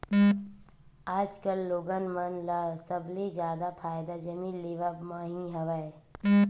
आजकल लोगन मन ल सबले जादा फायदा जमीन लेवब म ही हवय